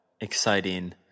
exciting